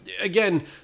again